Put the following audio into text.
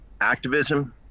activism